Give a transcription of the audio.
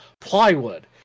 plywood